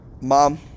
mom